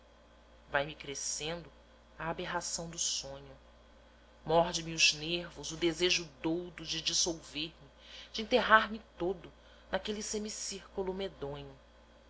dedos vai me crescendo a aberração do sonho morde me os nervos o desejo doudo de dissolver me de enterrar me todo naquele semicírculo medonho